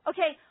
Okay